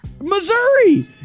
Missouri